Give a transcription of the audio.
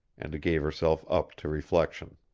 and gave herself up to reflection.